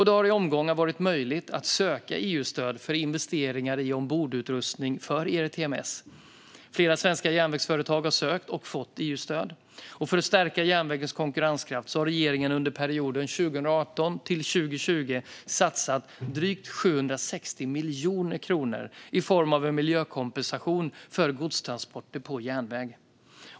Det har i omgångar varit möjligt att söka EU-stöd för investering i ombordutrustning för ERTMS. Flera svenska järnvägsföretag har sökt och fått EU-stöd. För att stärka järnvägens konkurrenskraft har regeringen under perioden 2018-2020 satsat drygt 760 miljoner kronor i form av en miljökompensation för godstransporter på järnväg.